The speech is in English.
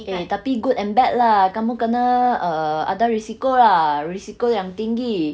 eh tapi good and bad lah kamu kena err ada risiko lah risiko yang tinggi